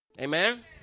Amen